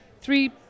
three